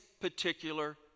particular